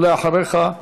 אחריך,